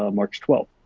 ah march twelfth.